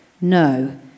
No